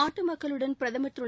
நாட்டு மக்களுடன் பிரதமர் திரு